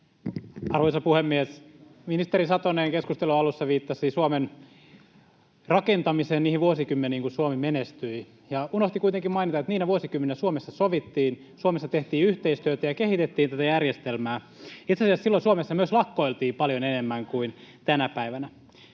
Arvoisa puhemies! Ministeri Satonen keskustelun alussa viittasi Suomen rakentamiseen, niihin vuosikymmeniin, kun Suomi menestyi, ja unohti kuitenkin mainita, että niinä vuosikymmeninä Suomessa sovittiin, Suomessa tehtiin yhteistyötä ja kehitettiin tätä järjestelmää. Itse asiassa silloin Suomessa myös lakkoiltiin paljon enemmän kuin tänä päivänä.